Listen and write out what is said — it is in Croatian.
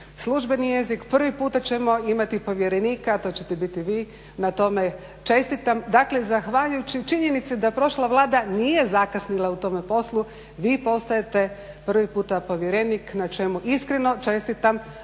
službeni jezik, prvi puta ćemo imati povjerenika a to ćete biti vi. Na tome čestitam. Dakle, zahvaljujući činjenici da prošla Vlada nije zakasnila u tome poslu vi postajete prvi puta povjerenik na čemu iskreno čestitam